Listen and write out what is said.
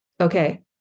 okay